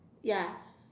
ya